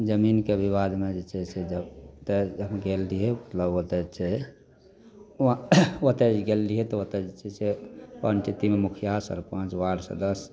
जमीनके बिबादमे जे छै से जब काल्हि तऽ हम गेल रहियै मतलब ओतऽ छै ओतऽ जे गेल रहियै तऽ ओतऽ जे छै पञ्चायतीमे मुखिआ सरपञ्च वाड सदस्य